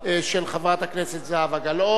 של חברת הכנסת זהבה גלאון.